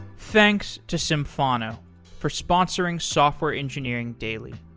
thanks to symphono for sponsoring software engineering daily.